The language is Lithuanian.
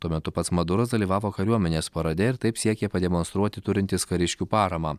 tuo metu pats maduras dalyvavo kariuomenės parade ir taip siekė pademonstruoti turintis kariškių paramą